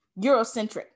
Eurocentric